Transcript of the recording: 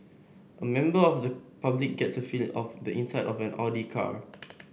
a member of the public gets a feel of the inside of an Audi car